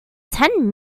ten